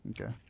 Okay